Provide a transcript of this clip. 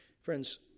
Friends